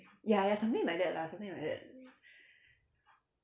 ya ya something like that lah something like that